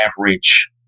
average